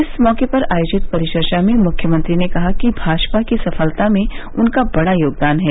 इस मौके पर आयोजित परिचर्चा में मुख्यमंत्री ने कहा कि भाजपा की सफलता में उनका बड़ा योगदान है